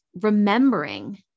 remembering